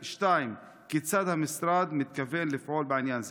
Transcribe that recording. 2. כיצד המשרד מתכוון לפעול בעניין זה?